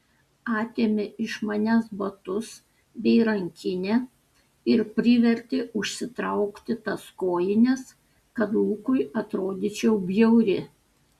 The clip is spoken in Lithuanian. atėmė iš manęs batus bei rankinę ir privertė užsitraukti tas kojines kad lukui atrodyčiau bjauri